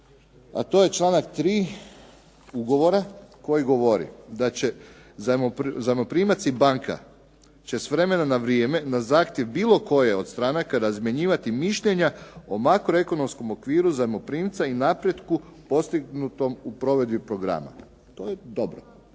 A to je članak 3. ugovora koji govori da će zajmoprimac i banka će se vremena na vrijeme na zahtjev bilo koje od stranaka razmjenjivati mišljenja o makroekonomskom okviru zajmoprimca i napretku postignutom u provedbi programa. To je dobro.